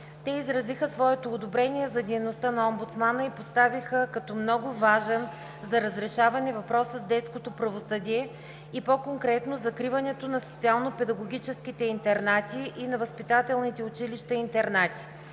Те изразиха своето одобрение за дейността на омбудсмана и поставиха като много важен за разрешаване въпроса с детското правосъдие и по-конкретно закриването на социално-педагогическите интернати и на възпитателните училища-интернати.